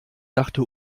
dachte